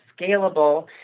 scalable